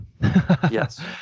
Yes